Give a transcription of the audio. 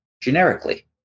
generically